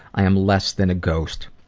i am less than a ghost.